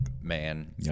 man